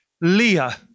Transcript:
Leah